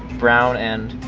brown and